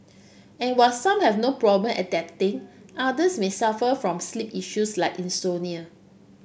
and while some have no problem adapting others may suffer from sleep issues like Insomnia